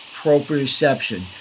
proprioception